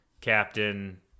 Captain